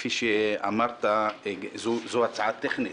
כפי שאמרת, זאת הצעה טכנית.